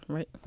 Right